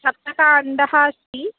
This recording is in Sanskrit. सप्त काण्डानि अस्ति